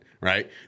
right